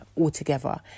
altogether